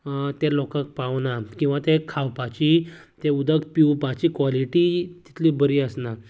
तें लोकांक पावना किंवां तें खावपाची तें उदक पिवपाची क्वॉलिटी तितली बरी आसना